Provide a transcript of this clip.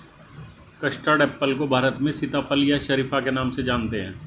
custard apple को भारत में सीताफल या शरीफा के नाम से जानते हैं